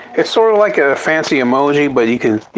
it's sort of like a fancy emoji, but you can, you